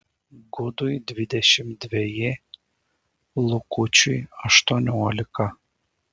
gudui dvidešimt dveji lukučiui aštuoniolika